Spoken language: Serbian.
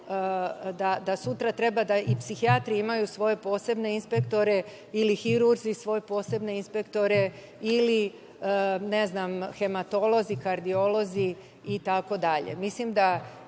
da sutra treba da i psihijatri imaju svoje posebne inspektore, ili hirurzi svoje posebne inspektore ili, ne znam, hematolozi, kardiolozi, itd. Mislim da